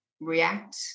react